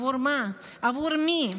בעבור מה, עבור מי?